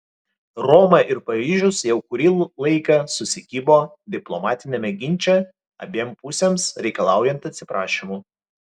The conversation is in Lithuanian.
roma ir paryžius jau kurį laiką susikibo diplomatiniame ginče abiem pusėms reikalaujant atsiprašymų